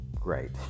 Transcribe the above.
great